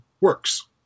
works